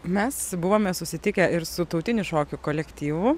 mes buvome susitikę ir su tautinių šokių kolektyvu